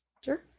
Sure